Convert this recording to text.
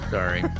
Sorry